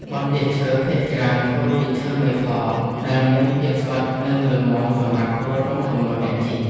បន្ទះឈើ ភាគច្រើនធ្វើពីឈើម៉េផល ដែលមានភាពស្វិត និងរឹងមាំសម្រាប់ទ្រទ្រង់ទម្ងន់អ្នកជិះ។